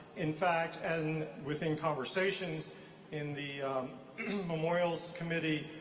in fact, and within conversations in the memorials committee,